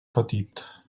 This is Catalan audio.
petit